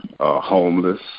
homeless